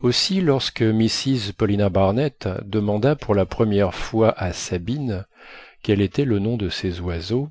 aussi lorsque mrs paulina barnett demanda pour la première fois à sabine quel était le nom de ces oiseaux